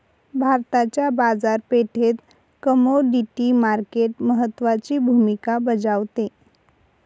भारताच्या बाजारपेठेत commodity market महत्त्वाची भूमिका बजावते